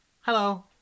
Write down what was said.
Hello